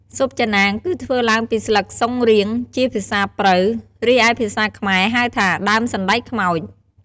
ស៊ុបចាណាងគឺធ្វើឡើងពីស្លឹកស៊ុងរៀង ជាភាសាព្រៅ រីឯភាសាខ្មែរហៅថាដើម សណ្តែកខ្មោច។